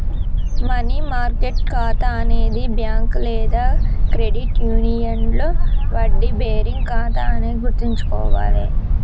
money market ఖాతా అనేది bank లేదా క్రెడిట్ యూనియన్లో వడ్డీ బేరింగ్ ఖాతా అని గుర్తుంచుకోవాలే